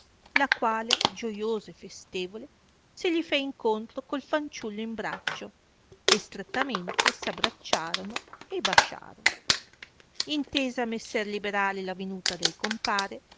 la quale gioiosa e festevole se gli fé in contro col fanciullo in braccio e strettamente s abbracciarono e basciaro intesa messer liberale la venuta del compare